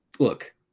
Look